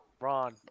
Ron